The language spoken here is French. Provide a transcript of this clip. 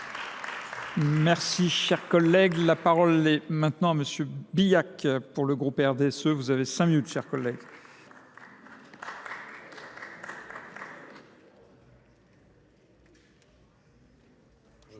Merci, chers collègues. La parole est maintenant à M. Biac pour le groupe RDSE. Vous avez 5 minutes, chers collègues.